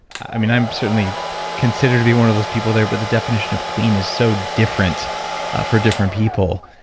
i mean, i'm certainly considered to be one of those people there, but the definition of clean is so different for different people.